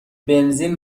بنزین